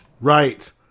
Right